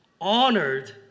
honored